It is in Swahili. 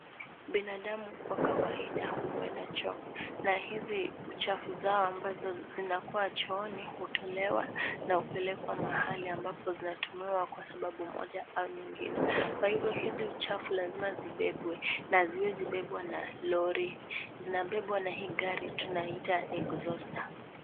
Binadamu kwa kawaida huenda choo. Na hizi uchafu zao ambazo zinakuwa chooni, hutolewa na hupelekwa mahali ambapo hutumiwa kwa sababu moja au nyingine. Kwa hivyo hizi uchafu, lazima zibebwe. Na haziwezi bebwa na lori, zinabebwa na hii gari tunaita Egzosta .